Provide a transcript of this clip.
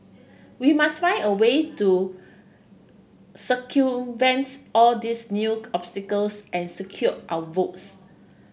we must find a way to circumvents all these new obstacles and secure our votes